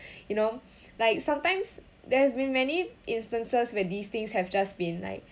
you know like sometimes there's been many instances where these things have just been like